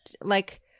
like-